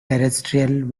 terrestrial